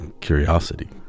curiosity